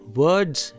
words